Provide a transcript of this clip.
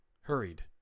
hurried